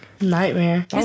nightmare